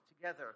together